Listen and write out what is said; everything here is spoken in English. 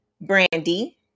Brandy